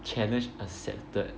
challenge accepted